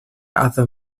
other